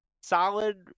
solid